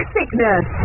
Sickness